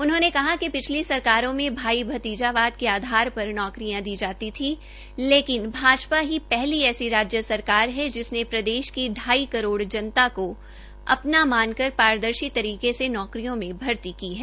उन्होंने कहा कि पिछली सरकारों में भाई भतीजावाद के आधार पर नौकरियां दी जाती थी लेकिन भाजपा ही पहली ऐसी राज्य सरकार है जिसने प्रदेश की ढाई करोड़ जनता को अपना मानकर पारदर्शी तरीके से नौकरियों में भर्ती की है